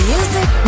Music